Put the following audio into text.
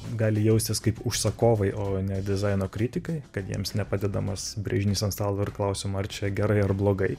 gali jaustis kaip užsakovai o ne dizaino kritikai kad jiems nepadedamas brėžinys ant stalo ir klausiama ar čia gerai ar blogai